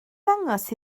ddangos